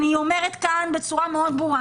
אני אומרת כאן בצורה מאוד ברורה.